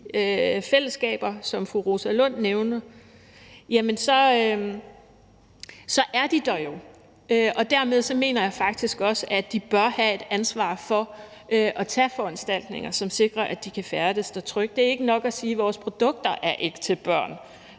fællesskaber, som fru Rosa Lund nævner, så er børnene der jo. Dermed mener jeg også, at de bør have et ansvar for at træffe foranstaltninger, som sikrer, at man kan færdes der trygt. Det er ikke nok at sige, at vores produkter ikke er til børn,